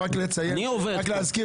רק להזכיר